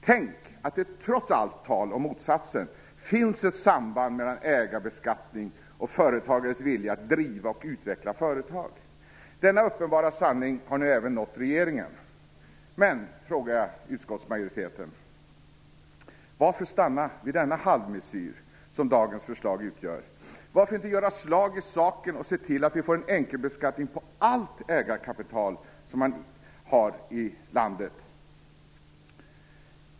Tänk att det trots allt tal om motsatsen finns ett samband mellan ägarbeskattning och företagares vilja att driva och utveckla företag! Denna uppenbara sanning har nu även nått regeringen. Men, frågar jag nu företrädarna för utskottsmajoriteten: Varför stanna med den halvmesyr som dagens förslag utgör? Varför inte göra slag i saken och se till att vi får en enkelbeskattning på allt ägarkapital som man har i landet?